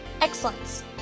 excellence